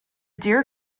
deer